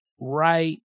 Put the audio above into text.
right